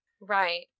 Right